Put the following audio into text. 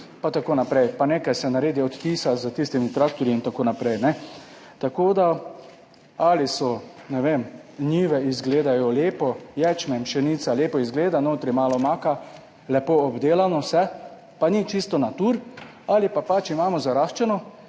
pa tako naprej, pa nekaj se naredi odtisa s tistimi traktorji in tako naprej, ne. Tako da, ali so, ne vem, njive izgledajo lepo, ječmen, pšenica lepo izgleda, notri malo maka lepo obdelano, vse pa ni čisto natur ali pa pač imamo zaraščeno,